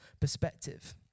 perspective